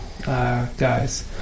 Guys